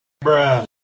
Bro